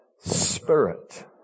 spirit